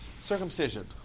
Circumcision